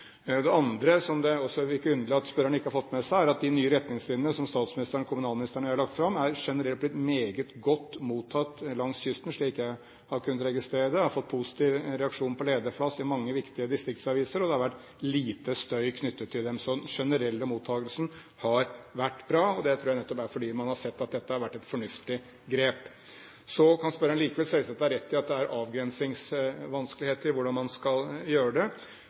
Det andre, som det også er litt underlig at spørreren ikke har fått med seg, er at de nye retningslinjene som statsministeren, kommunalministeren og jeg har lagt fram, generelt er blitt meget godt mottatt langs kysten – slik jeg har kunnet registrere det. Vi har fått positive reaksjoner på lederplass i mange viktige distriktsaviser, og det har vært lite støy knyttet til dem. Så den generelle mottakelsen har vært bra. Det tror jeg nettopp er fordi man har sett at dette har vært et fornuftig grep. Så kan spørreren likevel selvsagt ha rett i at det er avgrensingsvanskeligheter med hensyn til hvordan man skal gjøre det.